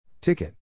Ticket